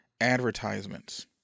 advertisements